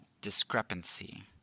discrepancy